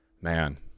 man